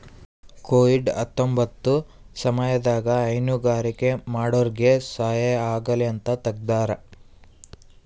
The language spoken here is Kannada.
ಕೋವಿಡ್ ಹತ್ತೊಂಬತ್ತ ಸಮಯದಾಗ ಹೈನುಗಾರಿಕೆ ಮಾಡೋರ್ಗೆ ಸಹಾಯ ಆಗಲಿ ಅಂತ ತೆಗ್ದಾರ